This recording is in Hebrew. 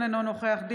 אינו נוכח משה גפני,